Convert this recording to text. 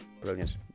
Brilliant